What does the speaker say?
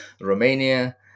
Romania